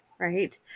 right